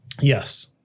Yes